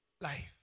life